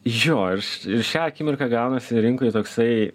jo ir ir šią akimirką gaunasi rinkoj toksai